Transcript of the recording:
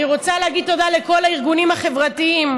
אני רוצה להגיד תודה לכל הארגונים החברתיים,